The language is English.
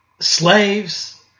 slaves